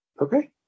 Okay